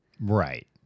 Right